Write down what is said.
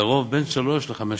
לרוב בין שלוש לחמש שנים,